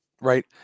Right